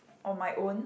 on my own